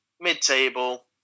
mid-table